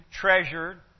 treasured